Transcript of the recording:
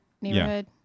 neighborhood